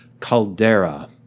caldera